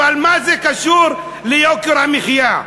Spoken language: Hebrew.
אבל מה זה קשור ליוקר המחיה?